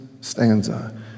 stanza